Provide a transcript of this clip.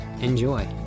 Enjoy